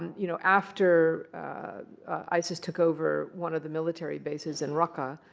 and you know after isis took over one of the military bases in raqqa,